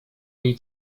jej